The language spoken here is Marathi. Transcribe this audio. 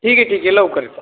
ठीक आहे ठीक आहे लवकर येतो